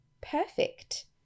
perfect